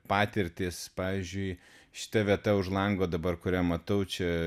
patirtys pavyzdžiui šita vieta už lango dabar kurią matau čia